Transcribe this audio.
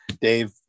Dave